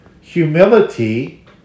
Humility